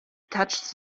touches